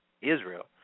Israel